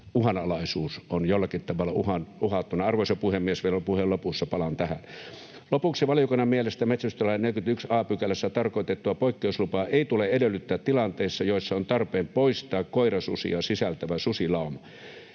uhanalaisuus ovat jollakin tavalla uhattuina. Vielä puheen lopussa, arvoisa puhemies, palaan tähän. ”Lopuksi valiokunnan mielestä metsästyslain 41 a §:ssä tarkoitettua poikkeuslupaa ei tule edellyttää tilanteessa, jossa on tarpeen poistaa koirasusia sisältävä susilauma.